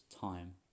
time